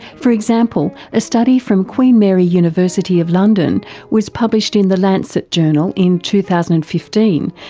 for example, a study from queen mary university of london was published in the lancet journal in two thousand and fifteen,